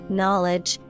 knowledge